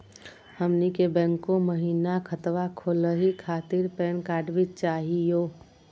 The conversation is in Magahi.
हमनी के बैंको महिना खतवा खोलही खातीर पैन कार्ड भी चाहियो?